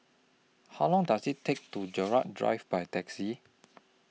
How Long Does IT Take to Gerald Drive By Taxi